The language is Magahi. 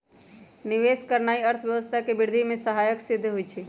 निवेश करनाइ अर्थव्यवस्था के वृद्धि में सहायक सिद्ध होइ छइ